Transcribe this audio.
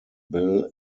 bill